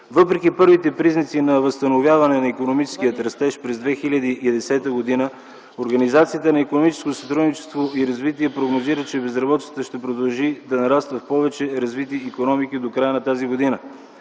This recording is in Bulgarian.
Въпреки първите признаци на възстановяване на икономическия растеж през 2010 г. Организацията на икономическо сътрудничество и развитие прогнозира, че безработицата ще продължи да нараства в повече развити икономики до края на тази година.